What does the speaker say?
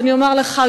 ואני אומר לך,